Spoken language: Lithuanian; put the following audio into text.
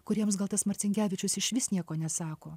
kuriems gal tas marcinkevičius išvis nieko nesako